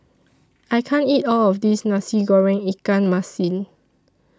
I can't eat All of This Nasi Goreng Ikan Masin